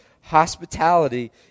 Hospitality